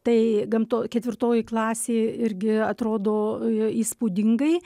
tai gamto ketvirtoji klasė irgi atrodo įspūdingai